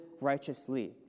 righteously